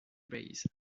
base